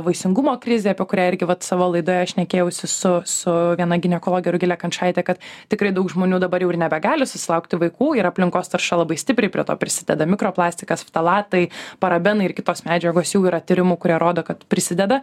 vaisingumo krizė apie kurią irgi vat savo laidoje šnekėjausi su su viena ginekologe rugile kančaite kad tikrai daug žmonių dabar jau ir nebegali susilaukti vaikų ir aplinkos tarša labai stipriai prie to prisideda mikro plastikas ftalatai parabenai ir kitos medžiagos jau yra tyrimų kurie rodo kad prisideda